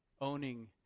Owning